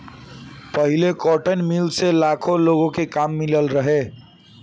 पहिले cotton mill से लाखो लोग के काम मिलल रहे